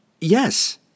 Yes